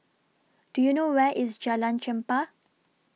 Do YOU know Where IS Jalan Chempah